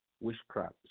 witchcraft